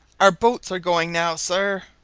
our boats are going now, sir.